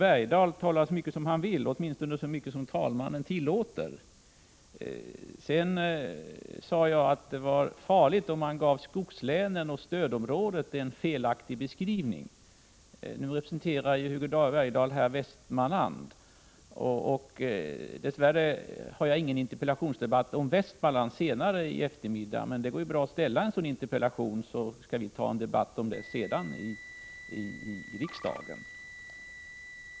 1985/86:103 han vill, åtminstone så mycket talmannen tillåter. 1 april 1986 Jag sade att det var farligt om man gav skogslän och stödområden en é a É Om tillsättande av en felaktig beskrivning. Nu representerar Hugo Bergdahl Västmanland. Dess 5 4 § å ”- ä regionalpolitisk komvärre blir det ingen interpellationsdebatt om Västmanland senare i dag, men HiSslöR det går bra att ställa en interpellation. Sedan kan vi ha en debatt här i riksdagen.